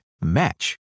match